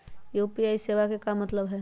UPI सेवा के का मतलब है?